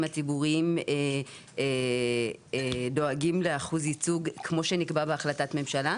הציבוריים דואגים לאחוז ייצוג כמו שנקבע בהחלטת ממשלה,